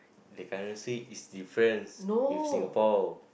the currency is difference with Singapore